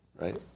right